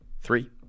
Three